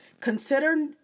consider